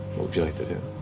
what would you like to do?